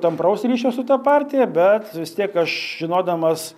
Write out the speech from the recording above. tampraus ryšio su ta partija bet vis tiek aš žinodamas